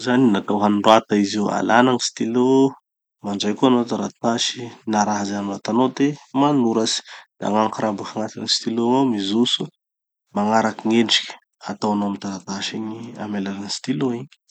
zany natao hanorata izy io. Alàna gny stylo, mandray koa hanao taratasy na raha ze hanoratanao de manoratsy. Da gn'encre boka agnaty stylo ao igny mijotso magnaraky gn'endriky ataonao amy taratasy igny amy alalan'ny stylo igny.